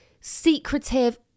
secretive